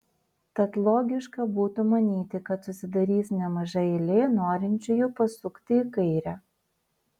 tad logiška būtų manyti kad susidarys nemaža eilė norinčiųjų pasukti į kairę